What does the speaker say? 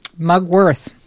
Mugworth